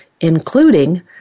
including